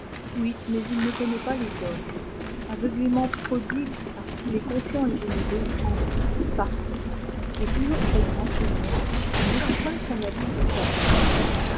oui mais il ne connaît pas les hommes aveuglément prodigue parce qu'il est confiant et généreux en tout partout et toujours très-grand seigneur je crains qu'on n'abuse de sa bonté